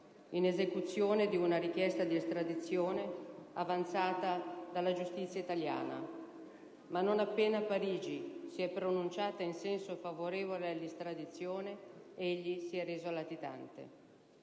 in esecuzione di una richiesta di estradizione avanzata dalla giustizia italiana. Ma non appena Parigi si è pronunciata in senso favorevole all'estradizione, egli si è reso latitante.